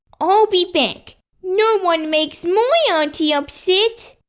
i'll be back no one makes my auntie upset!